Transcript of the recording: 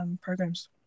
programs